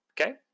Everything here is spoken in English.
Okay